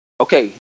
okay